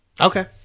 Okay